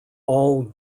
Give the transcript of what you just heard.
all